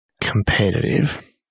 competitive